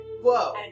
Whoa